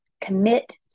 Commit